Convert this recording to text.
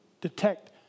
detect